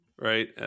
right